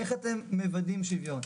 איך אתם מוודאים שוויון?